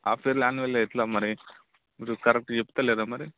half yearly annually ఎలా మరి మీరు కరెక్టుగా చెప్పటంలేదా మరి